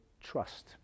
trust